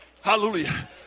hallelujah